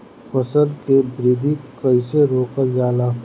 फसल के वृद्धि कइसे रोकल जाला?